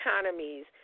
economies